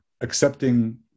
accepting